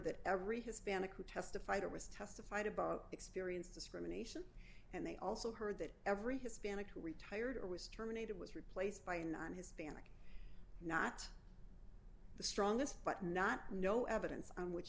that every hispanic who testified it was testified about experience discrimination and they also heard that every hispanic who retired or was terminated was replaced by non hispanic not the strongest but not no evidence on which